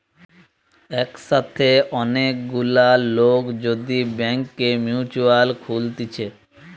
একসাথে অনেক গুলা লোক যদি ব্যাংকে মিউচুয়াল খুলতিছে